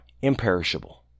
imperishable